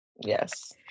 Yes